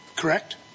correct